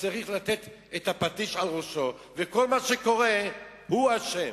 שצריך לתת את הפטיש על ראשו ובכל מה שקורה הוא אשם.